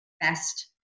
best